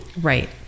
right